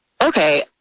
okay